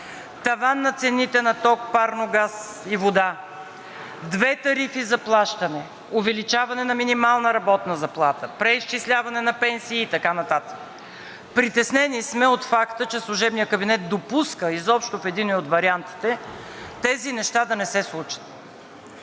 таван на цените на ток, парно, газ и вода, две тарифи за плащане, увеличаване на минималната работна заплата, преизчисляване на пенсии и така нататък. Притеснени сме от факта, че служебният кабинет допуска изобщо в единия от вариантите тези неща да не се случат.